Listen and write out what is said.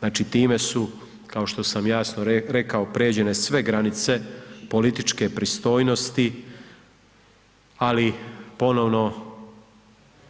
Znači, time su kao što sam jasno rekao pređene sve granice političke pristojnosti, ali ponovno